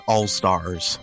All-Stars